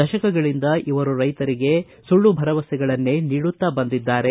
ದಶಕಗಳಿಂದ ಇವರು ರೈತರಿಗೆ ಸುಳ್ಳು ಭರವಸೆಗಳನ್ನೇ ನೀಡುತ್ತಾ ಬಂದಿದ್ದಾರೆ